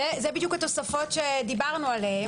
אלה התוספות שדיברנו עליהן.